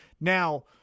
Now